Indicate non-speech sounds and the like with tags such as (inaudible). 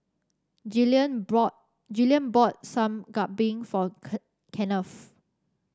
Gillian (unintelligible) Gillian bought Sup Kambing for (unintelligible) Kenneth